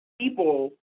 people